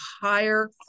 Higher